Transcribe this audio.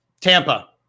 Tampa